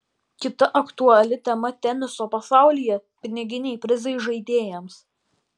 kita aktuali tema teniso pasaulyje piniginiai prizai žaidėjams